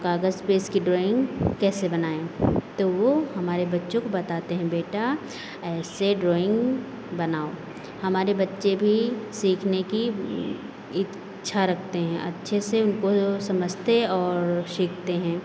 कागज पे इसकी ड्राइंग कैसे बनाए तो वो हमारे बच्चों को बताते हैं बेटा ऐसे ड्राइंग बनाओ हमारे बच्चे भी सीखने की इच्छा रखते हैं अच्छे से उनको जो समझते और सीखते हैं